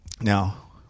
Now